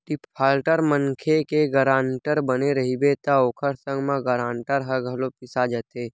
defaulter मनखे के guarantor बने रहिबे त ओखर संग म गारंटर ह घलो पिसा जाथे